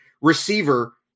receiver